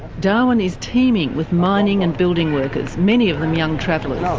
darwin is teeming with mining and building workers, many of them young travellers.